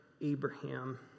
Abraham